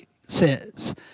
says